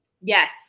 Yes